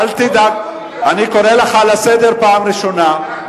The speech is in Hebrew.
אני קורא אותך לסדר פעם ראשונה.